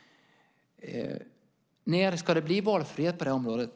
När ska det bli valfrihet på det här området?